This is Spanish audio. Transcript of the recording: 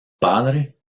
padre